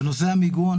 בנושא המיגון